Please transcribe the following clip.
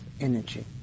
energy